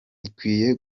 ikwiye